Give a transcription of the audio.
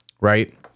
right